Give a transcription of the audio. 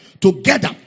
Together